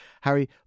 Harry